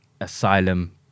asylum